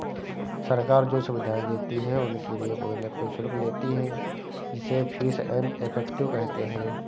सरकार जो सुविधाएं देती है उनके लिए कोई न कोई शुल्क लेती है जिसे फीस एंड इफेक्टिव कहते हैं